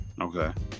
Okay